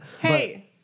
Hey